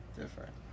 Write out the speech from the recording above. different